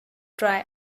try